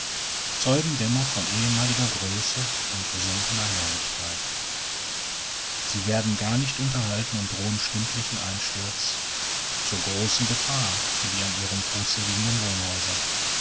zeugen dennoch von ehemaliger größe und gesunkener herrlichkeit sie werden gar nicht unterhalten und drohen stündlichen einsturz zur großen gefahr für die an ihrem fuße liegenden wohnhäuser